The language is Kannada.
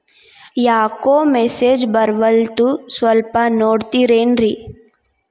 ಯಾಕೊ ಮೆಸೇಜ್ ಬರ್ವಲ್ತು ಸ್ವಲ್ಪ ನೋಡ್ತಿರೇನ್ರಿ?